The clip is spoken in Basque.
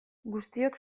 guztiok